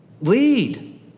Lead